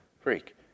freak